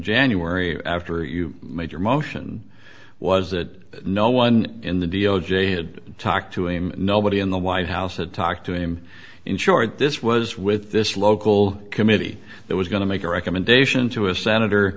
january after you made your motion was that no one in the d o j had talked to him nobody in the white house had talked to him in short this was with this local committee that was going to make a recommendation to a senator